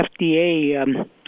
FDA